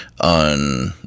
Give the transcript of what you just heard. on